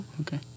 Okay